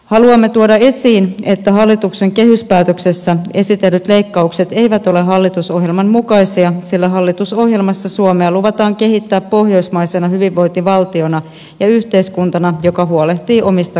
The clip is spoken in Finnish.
haluamme tuoda esiin että hallituksen kehyspäätöksessä esitellyt leikkaukset eivät ole hallitusohjelman mukaisia sillä hallitusohjelmassa suomea luvataan kehittää pohjoismaisena hyvinvointivaltiona ja yhteiskuntana joka huolehtii omista kansalaisistaan